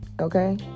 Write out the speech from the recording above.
okay